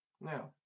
Now